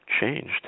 changed